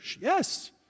Yes